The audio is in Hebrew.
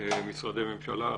במשרדי ממשלה,